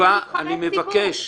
אדווה, אני מבקש.